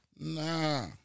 Nah